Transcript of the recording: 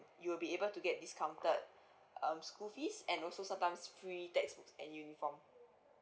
you will be able to get discounted um school fees and also sometimes free text books and uniform